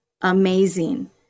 amazing